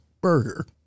burger